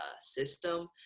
system